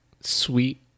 sweet